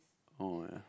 alright